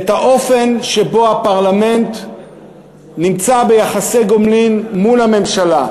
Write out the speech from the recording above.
את האופן שבו הפרלמנט נמצא ביחסי גומלין מול הממשלה,